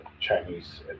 Chinese